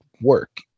work